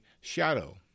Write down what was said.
shadow